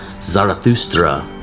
Zarathustra